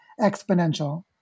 exponential